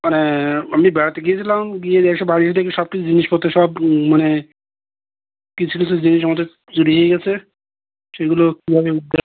মানে আমি বেড়াতে গিয়েছিলাম গিয়ে এসে বাড়িতে দেখি সব কিছু জিনিসপত্র সব মানে কিছু কিছু জিনিস আমাদের চুরি হয়ে গিয়েছে সেগুলো কীভাবে উদ্ধার